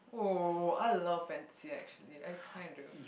!whoa! I love fantasy actually I kinda do